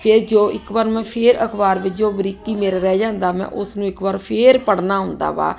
ਫਿਰ ਜੋ ਇੱਕ ਵਾਰ ਮੈਂ ਫਿਰ ਅਖ਼ਬਾਰ ਵਿੱਚ ਜੋ ਬਰੀਕੀ ਮੇਰਾ ਰਹਿ ਜਾਂਦਾ ਮੈਂ ਉਸ ਨੂੰ ਇੱਕ ਵਾਰ ਫਿਰ ਪੜ੍ਹਨਾ ਹੁੰਦਾ ਵਾ